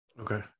Okay